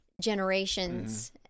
generations